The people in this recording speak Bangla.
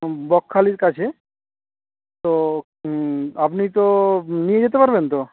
বকখালির কাছে তো আপনি তো নিয়ে যেতে পারবেন তো